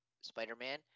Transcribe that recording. Spider-Man